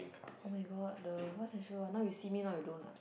[oh]-my-god the what's that show ah Now You See Me Now You Don't ah